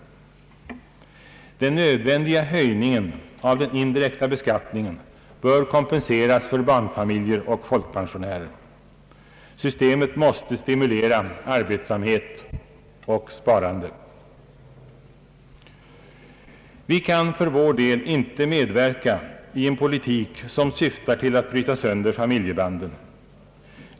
Den nödvändiga höjningen av den indirekta beskattningen bör kompenseras för barnfamiljer och folkpensionärer. Systemet måste stimulera arbetsamhet och sparande. Vi kan för vår del inte medverka i en politik som syftar till att bryta sönder familjebanden.